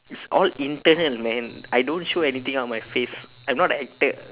it's all internal man I don't show anything on my face I am not an actor